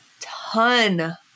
ton